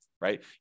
right